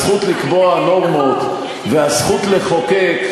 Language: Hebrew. הזכות לקבוע נורמות והזכות לחוקק,